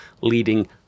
leading